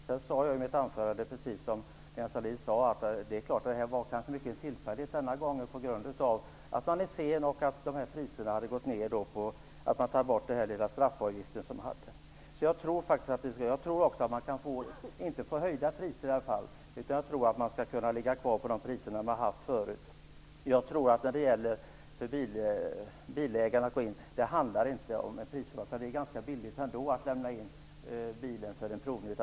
Jag sade i mitt anförande att det kanske denna gång var ren tillfällighet på grund av att man var sen, att priserna hade gått ned därför man hade tagit bort straffavgifterna. Jag tror i alla fall inte att det blir höjda priser, utan jag tror att man skall kunna ligga kvar på de priser man haft förut. Jag tror inte att det handlar om priserna. Det är ändå ganska billigt att lämna in bilen för provning.